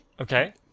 Okay